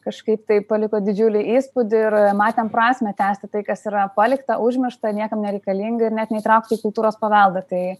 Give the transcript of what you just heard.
kažkaip tai paliko didžiulį įspūdį ir matėm prasmę tęsti tai kas yra palikta užmiršta niekam nereikalinga ir net neįtraukta į kultūros paveldą tai